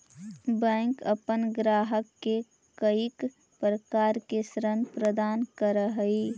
bank अपन ग्राहक के कईक प्रकार के ऋण प्रदान करऽ हइ